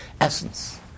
essence